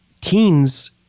teens